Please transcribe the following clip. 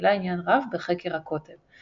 שגילה עניין רב בחקר הקוטב,